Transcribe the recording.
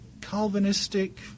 Calvinistic